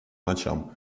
ночам